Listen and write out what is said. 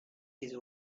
his